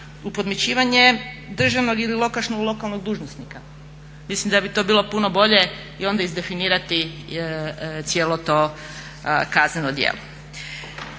u podmićivanje državnog ili lokalnog dužnosnika, mislim da bi to bilo puno bolje i onda izdefinirati cijelo to kazneno djelo.